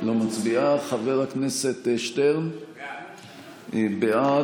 לא מצביעה, חבר הכנסת שטרן, בעד.